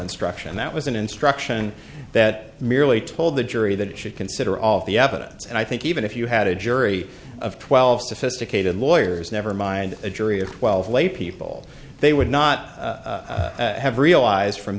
instruction that was an instruction that merely told the jury that it should consider all the evidence and i think even if you had a jury of twelve sophisticated lawyers never mind a jury of twelve laypeople they would not have realized from